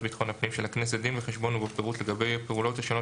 ביטחון הפנים של הכנסת דין וחשבון ובו פירוט לגבי הפעולות השונות